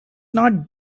not